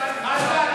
ותירגע.